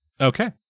Okay